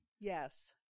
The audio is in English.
yes